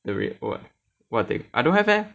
the real work what thing I don't have leh